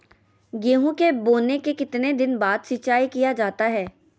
गेंहू के बोने के कितने दिन बाद सिंचाई किया जाता है?